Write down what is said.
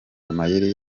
amayeri